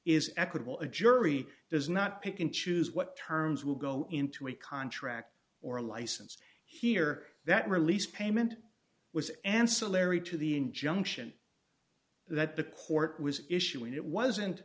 is equitable a jury does not pick and choose what terms will go into a contract or a license here that release payment was ancillary to the injunction that the court was issuing it wasn't